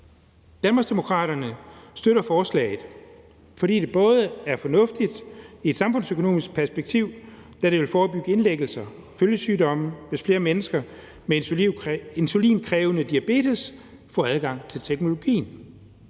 Danmarksdemokraterne støtter forslaget, både fordi det er fornuftigt i et samfundsøkonomisk perspektiv, da det vil kunne forebygge indlæggelser og følgesygdomme, hvis flere mennesker med insulinkrævende diabetes får adgang til teknologien,